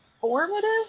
formative